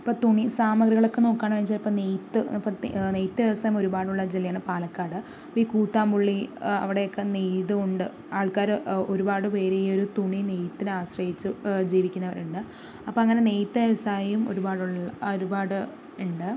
ഇപ്പോൾ തുണി സാമഗ്രികളൊക്കെ നോക്കാണ് വെച്ചാൽ ചിലപ്പോൾ നെയ്ത്ത് നെയ്ത്ത് വ്യവസായം ഒരുപാടുള്ള ജില്ലയാണ് പാലക്കാട് ഇപ്പോൾ ഈ കൂത്താമ്പുള്ളി അവിടെയൊക്കെ നെയ്തുകൊണ്ട് ആൾക്കാര് ഒരുപാട് പേര് ഈയൊരു തുണി നെയ്ത്തിനെ ആശ്രയിച്ച് ജീവിക്കുന്നവരുണ്ട് അപ്പോൾ അങ്ങനെ നെയ്ത്തു വ്യവസായം ഒരുപാടുള്ള ഒരുപാട് ഉണ്ട്